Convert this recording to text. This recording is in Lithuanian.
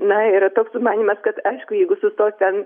na yra toks sumanymas kad aišku jeigu sustos ten